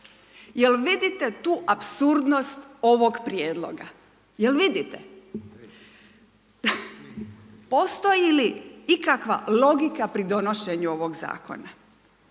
jel vidite tu apsurdnost ovog prijedloga, jel vidite? Postoji li ikakva logika pri donošenju ovog zakona,